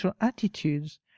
attitudes